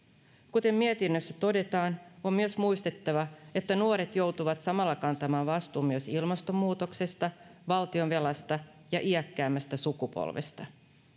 kuten mietinnössä todetaan on myös muistettava että nuoret joutuvat samalla kantamaan vastuun myös ilmastonmuutoksesta valtionvelasta ja iäkkäämmästä sukupolvesta